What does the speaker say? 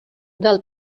del